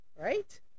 right